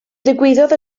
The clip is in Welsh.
ddigwyddodd